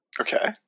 Okay